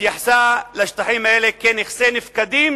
התייחסה לשטחים האלה כנכסי נפקדים,